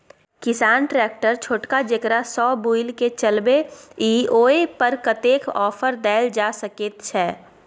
किसान ट्रैक्टर छोटका जेकरा सौ बुईल के चलबे इ ओय पर कतेक ऑफर दैल जा सकेत छै?